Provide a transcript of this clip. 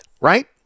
right